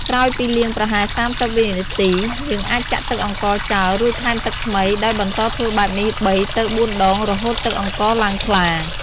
ក្រោយពីលាងប្រហែល ៣០វិនាទី យើងអាចចាក់ទឹកអង្ករចោល រួចថែមទឹកថ្មី ដោយបន្តធ្វើបែបនេះ ៣ ទៅ៤ដង រហូតទឹកអង្ករឡើងថ្លា។